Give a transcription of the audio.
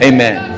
Amen